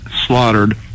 slaughtered